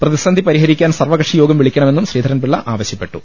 പ്രതിസന്ധി പരിഹരിക്കാൻ സർവകക്ഷിയോഗം വിളിക്ക ണമെന്നും ശ്രീധരൻപിള്ള ആവശ്യപ്പെട്ടു